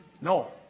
No